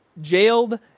jailed